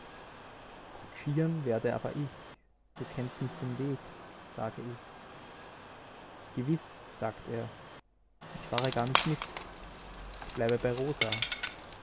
kutschieren werde aber ich du kennst nicht den weg sage ich gewiß sagt er ich fahre gar nicht mit ich bleibe bei